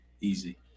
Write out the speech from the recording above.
Easy